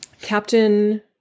Captain